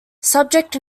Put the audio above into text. subject